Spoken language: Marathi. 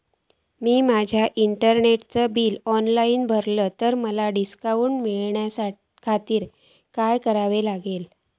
मी माजा इंटरनेटचा बिल ऑनलाइन भरला तर माका डिस्काउंट मिलाच्या खातीर काय करुचा?